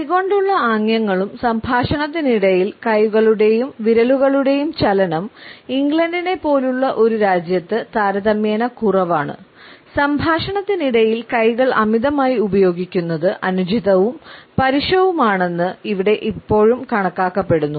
കൈകൊണ്ടുള്ള ആംഗ്യങ്ങളും സംഭാഷണത്തിനിടയിൽ കൈകളുടെയും വിരലുകളുടെയും ചലനം ഇംഗ്ലണ്ടിനെപ്പോലുള്ള ഒരു രാജ്യത്ത് താരതമ്യേന കുറവാണ് സംഭാഷണത്തിനിടയിൽ കൈകൾ അമിതമായി ഉപയോഗിക്കുന്നത് അനുചിതവും പരുഷവുമാണെന്ന് ഇവിടെ ഇപ്പോഴും കണക്കാക്കപ്പെടുന്നു